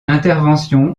intervention